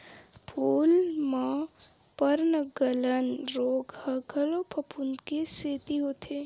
फूल म पर्नगलन रोग ह घलो फफूंद के सेती होथे